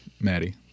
Maddie